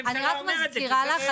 אני רק מזכירה לך,